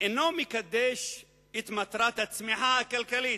אינו מקדש את מטרת הצמיחה הכלכלית,